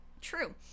true